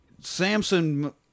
Samson